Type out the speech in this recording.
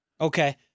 Okay